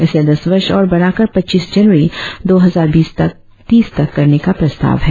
इसे दस वर्ष और बढ़ाकर पच्चीस जनवरी दो हजार तीस तक करने का प्रस्ताव है